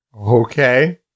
Okay